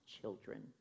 children